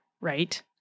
right